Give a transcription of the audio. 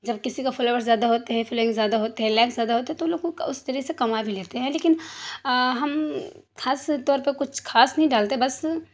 جب کسی کا فلوور زیادہ ہوتے ہیں فلینگ زیادہ ہوتے ہیں لائک زیادہ ہوتے ہیں تو ان لوگ کو اس طرح سے کما بھی لیتے ہیں لیکن ہم خاص طور پہ کچھ خاص نہیں ڈالتے بس